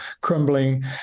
crumbling